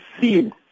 seen